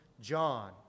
John